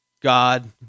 God